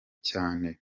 cyane